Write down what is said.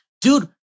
Dude